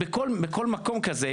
בכל מקום כזה,